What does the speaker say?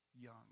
young